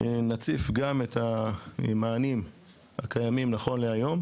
נציף גם את המענים הקיימים נכון להיום,